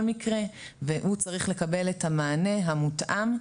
מקרה והוא צריך לקבל את המענה המותאם,